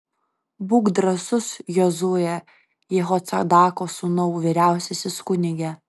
būk drąsus jozue jehocadako sūnau vyriausiasis kunige